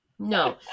No